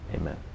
Amen